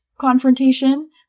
confrontation